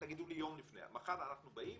תגידו לי יום לפני מחר אנחנו באים